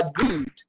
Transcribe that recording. agreed